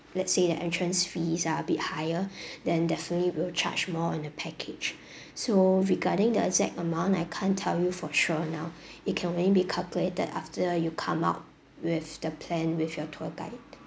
let's say the entrance fees are a bit higher then definitely we'll charge more on the package so regarding the exact amount I can't tell you for sure now it can only be calculated after you come out with the plan with your tour guide